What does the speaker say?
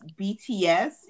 BTS